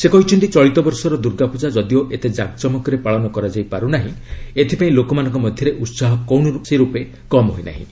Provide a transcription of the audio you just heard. ସେ କହିଛନ୍ତି ଚଳିତ ବର୍ଷର ଦୁର୍ଗାପୂଜା ଯଦିଓ ଏତେ କାକଜମକରେ ପାଳନ କରାଯାଇ ପାରୁନାହିଁ ଏଥିପାଇଁ ଲୋକମାନଙ୍କ ମଧ୍ୟରେ ଉହାହ କୌଣସି ରୂପେ କମ୍ ହୋଇନାହିଁ